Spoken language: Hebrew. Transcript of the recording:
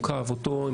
אני